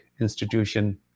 institution